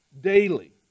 daily